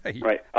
Right